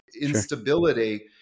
instability